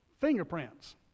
fingerprints